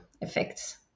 effects